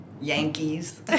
Yankees